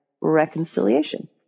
reconciliation